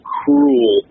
cruel